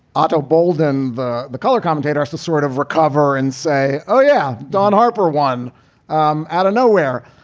otto boldon, the the color commentator, is to sort of recover and say, oh, yeah, don harper won um out of nowhere.